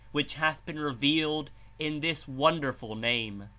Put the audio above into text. which hath been revealed in this wonderful name.